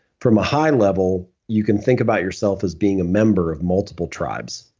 from a high level, you can think about yourself as being a member of multiple tribes.